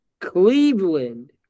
Cleveland